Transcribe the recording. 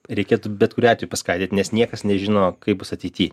reikėtų bet kuriuo atveju paskaidyt nes niekas nežino kaip bus ateity